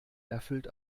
erfüllt